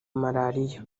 marariya